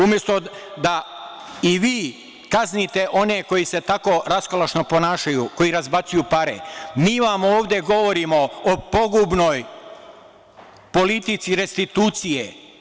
Umesto da i vi kaznite one koji se tako raskalašno ponašaju, koji razbacuju pare, mi vam ovde govorimo o pogubnoj politici restitucije.